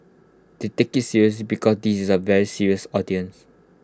they take IT seriously because this is A very serious audience